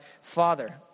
father